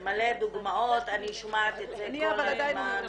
מלא דוגמאות, אני שומעת את זה כל הזמן.